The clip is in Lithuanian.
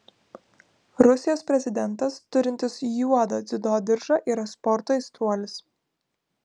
rusijos prezidentas turintis juodą dziudo diržą yra sporto aistruolis